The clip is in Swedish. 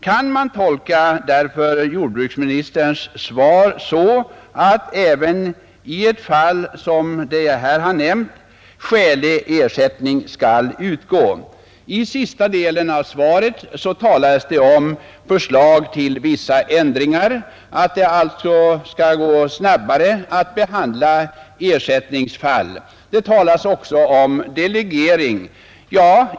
Kan man tolka jordbruksministerns svar så, att även i ett fall som det jag har nämnt skälig ersättning skall utgå? I sista delen av svaret talas om förslag till vissa ändringar — att det alltså skall gå snabbare att behandla ersättningsfall. Det talas också om delegering.